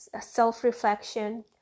self-reflection